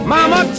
Mama